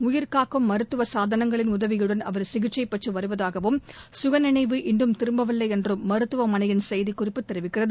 உயிர்காக்கும் மருத்துவ சாதனங்களின் உதவியுடன் அவர் சிகிச்சை பெற்று வருவதாகவும் சுயநினைவு இன்னும் திரும்பவில்லை என்றும் மருத்துவமனையின் செய்திக்குறிப்பி தெரிவிக்கிறது